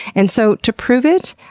and so to prove it,